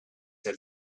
had